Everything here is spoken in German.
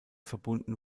verbunden